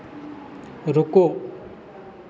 रुको